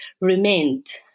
remained